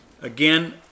Again